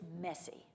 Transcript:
messy